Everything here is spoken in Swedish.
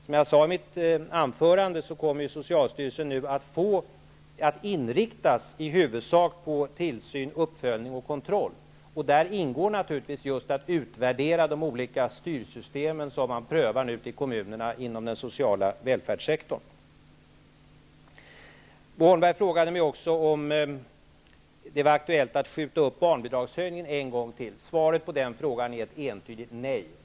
Som jag sade i mitt anförande kommer socialstyrelsens arbete nu att i huvudsak inriktas på tillsyn, uppföljning och kontroll. Där ingår naturligtvis just att utvärdera de olika styrsystem som man nu prövar ute i kommunerna inom den sociala välfärdssektorn. Bo Holmberg frågade mig också om det var aktuellt att skjuta upp barnbidragshöjningen en gång till. Svaret på den frågan är ett entydigt nej.